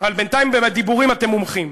אבל בינתיים בדיבורים אתם מומחים.